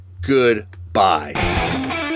Goodbye